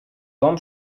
том